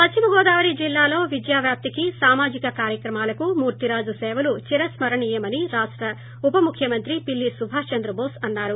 పశ్చిమగోదావరి జిల్లాలో విద్యావ్యాప్తికి సామాజిక కార్చక్రమాలకు మూర్తి రాజు సేవలు చిరస్కరణీయమని రాష్ట ఉప ముఖ్యమంత్రి పిల్లి సుభాష్ చంద్రబోస్ అన్నారు